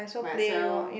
might as well